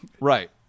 Right